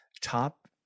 top